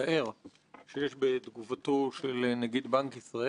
האמירה שאנחנו כתבנו את ההמלצות שלנו מראש.